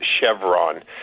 Chevron